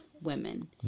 Women